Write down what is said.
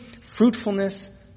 fruitfulness